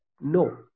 No